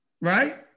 right